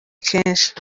kenshi